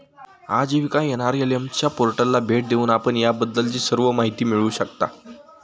आजीविका एन.आर.एल.एम च्या पोर्टलला भेट देऊन आपण याबद्दलची सर्व माहिती मिळवू शकता